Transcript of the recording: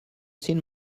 seen